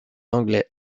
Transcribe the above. anglais